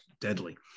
deadly